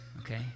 okay